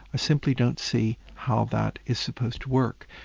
i simply don't see how that is supposed to work.